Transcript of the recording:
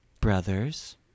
brothers